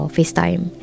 FaceTime